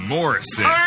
Morrison